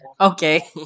Okay